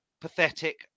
pathetic